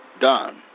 done